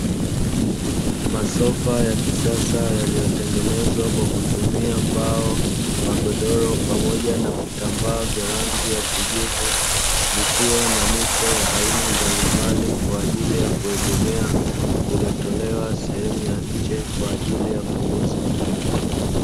Masofa ya kisasa yaliyotengenezwa kwa kutumia mbao, magodoro pamoja na vitambaa vya rangi ya kijivu, yakiwa na mito ya aina mbalimbali kwa ajili ya kuegemea yametolewa nje kwa ajili ya kuuzwa.